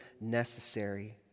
necessary